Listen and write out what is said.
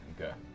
Okay